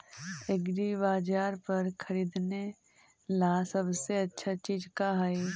एग्रीबाजार पर खरीदने ला सबसे अच्छा चीज का हई?